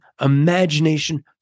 imagination